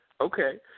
Okay